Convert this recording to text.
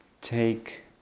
take